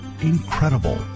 Incredible